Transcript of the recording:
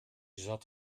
zat